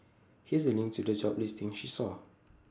here's A link to the job listing she saw